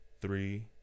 three